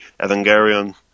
Evangelion